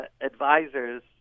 advisors